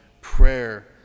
prayer